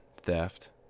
theft